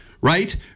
right